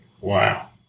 Wow